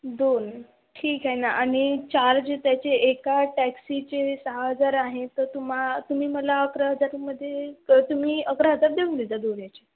दोन ठीक हे ना आणि चार्ज त्याचे एका टॅक्सीचे सहा हजार आहे तर तुमा तुम्ही मला अकरा हजारामध्ये तुम्ही अकरा हजार देऊन देता दोन्हीचे